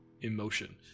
emotion